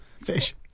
Fish